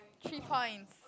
three points